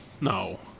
No